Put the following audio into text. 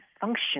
function